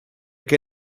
che